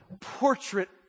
portrait